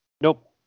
Nope